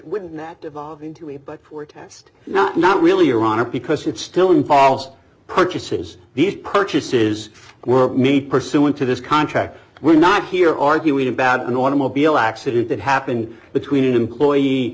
wouldn't that devolve into a but for test not not really ironic because it still involves purchases these purchases were made pursuant to this contract we're not here arguing about an automobile accident that happened between an employee